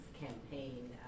campaign